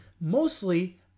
mostly